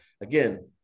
again